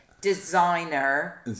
designer